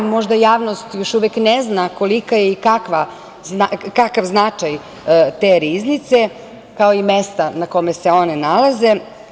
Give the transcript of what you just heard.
Možda javnost još uvek ne zna koliki je i kakav značaj te riznice, kao i mesta na kome se one nalaze.